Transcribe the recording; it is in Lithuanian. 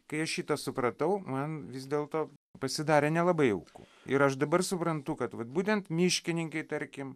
kai aš šitą supratau man vis dėlto pasidarė nelabai jauku ir aš dabar suprantu kad vat būtent miškininkai tarkim